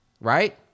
right